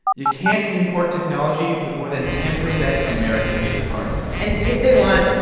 you can't import technology with more than ten percent american-made parts and if they want,